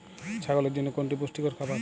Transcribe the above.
ছাগলের জন্য কোনটি পুষ্টিকর খাবার?